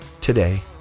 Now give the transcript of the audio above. today